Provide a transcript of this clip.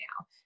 now